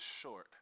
short